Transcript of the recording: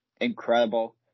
incredible